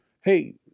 hey